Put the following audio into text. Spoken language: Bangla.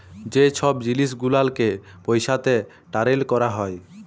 যে ছব জিলিস গুলালকে পইসাতে টারেল ক্যরা হ্যয়